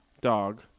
dog